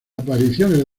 apariciones